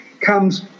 comes